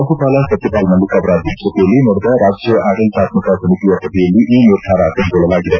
ರಾಜ್ಯಪಾಲ ಸತ್ಯಪಾಲ್ ಮಲ್ಲಿಕ್ ಅವರ ಅಧ್ಯಕ್ಷತೆಯಲ್ಲಿ ನಡೆದ ರಾಜ್ಯ ಆಡಳಿತಾತ್ಕಕ ಸಮಿತಿಯ ಸಭೆಯಲ್ಲಿ ಈ ನಿರ್ಧಾರ ಕ್ಕೆಗೊಳ್ಳಲಾಗಿದೆ